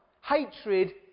hatred